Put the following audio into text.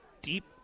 deep